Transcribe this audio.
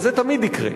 וזה תמיד יקרה.